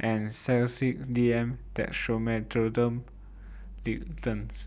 and Sedilix D M Dextromethorphan Linctus